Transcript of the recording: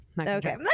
Okay